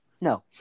No